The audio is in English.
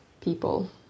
people